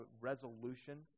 resolution